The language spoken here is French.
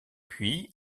puis